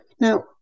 Now